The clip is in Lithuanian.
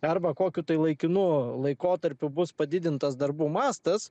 arba kokiu tai laikinu laikotarpiu bus padidintas darbų mastas